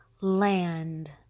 land